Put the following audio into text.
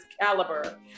caliber